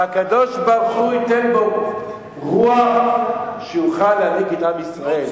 שהקדוש-ברוך-הוא ייתן בו רוח שיוכל להנהיג את עם ישראל,